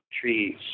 trees